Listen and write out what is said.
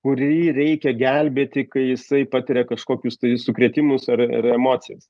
kurį reikia gelbėti kai jisai patiria kažkokius tai sukrėtimus ar ar emocijas